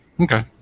Okay